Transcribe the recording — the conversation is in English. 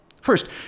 First